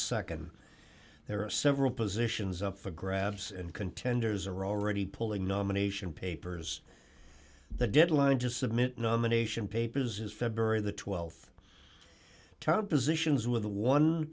nd there are several positions up for grabs and contenders are already pulling nomination papers the deadline to submit nomination papers is february the th top positions with a one